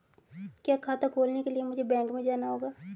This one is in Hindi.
क्या खाता खोलने के लिए मुझे बैंक में जाना होगा?